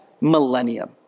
millennium